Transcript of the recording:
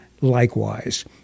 likewise